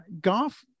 golf